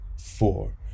four